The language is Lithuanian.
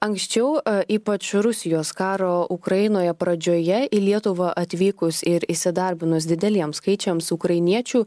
anksčiau ypač rusijos karo ukrainoje pradžioje į lietuvą atvykus ir įsidarbinus dideliems skaičiams ukrainiečių